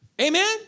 Amen